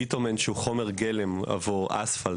ביטומן שהוא חומר גלם עבור אספלט,